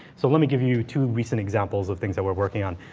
so let me give you two recent examples of things that we're working on.